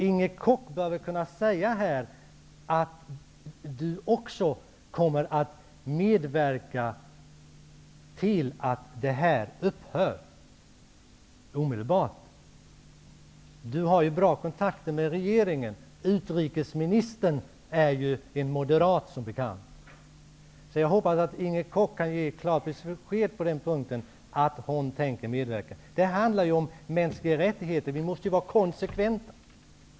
Inger Koch bör väl kunna säga här att hon kommer att medverka till att den biståndsgivningen upphör omedelbart. Inger Koch har ju bra kontakter med regeringen. Utrikesministern är en moderat, som bekant. Jag hoppas att Inger Koch kan ge klart besked på den punkten, att hon tänker medverka. Det handlar om mänskliga rättigheter, och vi måste vara konsekventa.